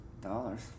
dollars